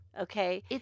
Okay